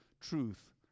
truth